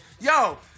Yo